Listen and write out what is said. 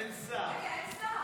אין שר.